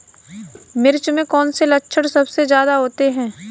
मिर्च में कौन से लक्षण सबसे ज्यादा होते हैं?